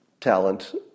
talent